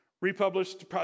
republished